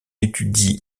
étudie